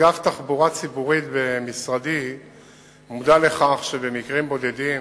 אגף תחבורה ציבורית במשרדי מודע לכך שבמקרים בודדים